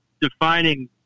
defining